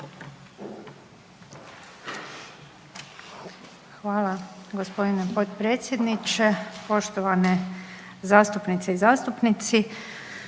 Hvala gospodine potpredsjedniče, poštovane kolegice i kolege.